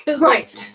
Right